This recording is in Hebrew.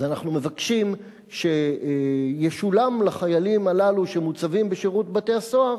אז אנחנו מבקשים שישולם לחיילים הללו שמוצבים בשירות בתי-הסוהר